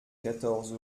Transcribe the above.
quatorze